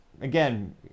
again